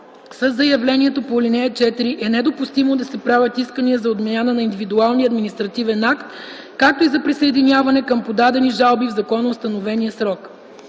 Със заявлението по ал. 4 е недопустимо да се правят искания за отмяна на индивидуалния административен акт, както и за присъединяване към подадени жалби в законоустановения срок.